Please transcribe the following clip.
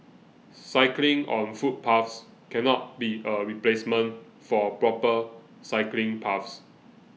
cycling on footpaths cannot be a replacement for proper cycling paths